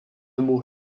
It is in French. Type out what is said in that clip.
mot